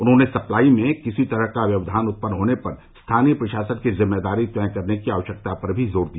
उन्होंने सप्लाई में किसी तरह का व्यक्धान उत्पन्न होने पर स्थानीय प्रशासन की जिम्मेदारी तय करने की आवश्यकता पर भी जोर दिया